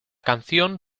canción